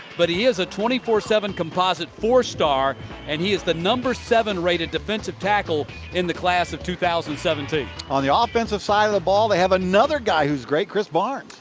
but he is a twenty four seven composite four star and he is the number seven rated defensive tackle in the class of two thousand and seventeen. on the ah offensive side of the ball they have another guy who is great, chris barnes.